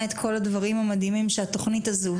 את כל הדברים המיוחדים והמדהימים שהתוכנית הזו,